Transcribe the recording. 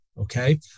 okay